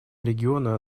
региона